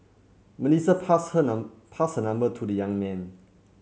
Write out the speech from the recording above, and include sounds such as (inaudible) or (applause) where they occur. Melissa passed her (unintelligible) pass her number to the young man